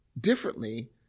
differently